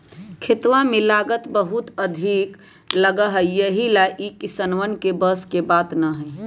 खेतवा में लागत बहुत अधिक लगा हई यही ला ई सब किसनवन के बस के बात ना हई